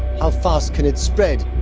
how fast can it spread,